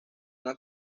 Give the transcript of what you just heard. una